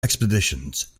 expeditions